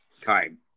time